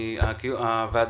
לציוד כזה ואחר,